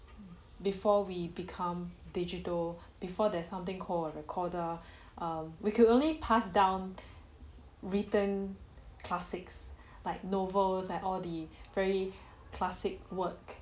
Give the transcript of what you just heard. before we become digital before there's something called a recorder err we can only pass down written classics like novels like all the very classic work